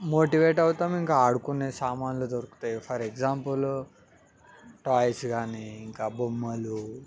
motivate అవుతాము ఇంకా ఆడుకునే సామాన్లు దొరుకుతాయి ఫర్ ఎగ్జాంపుల్ టాయ్స్ కానీ ఇంకా బొమ్మలు